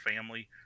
family